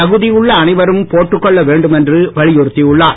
தகுதி உள்ள அனைவரும் போட்டுக் கொள்ள வேண்டும் என்று வலியுறுத்தி உள்ளார்